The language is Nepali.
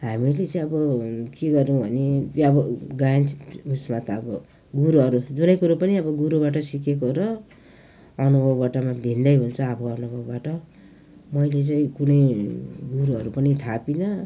हामीले चाहिँ अब के गर्यौँ भने यो अब गायन चाहिँ उ उसमा त अब गुरुहरू जुनै कुरो पनि अब गुरुबाट सिकेको र अनुभवबाटमा भिन्दै हुन्छ अब अनुभवबाट मैले चाहिँ कुनै गुरुहरू पनि थापिनँ